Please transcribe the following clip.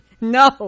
no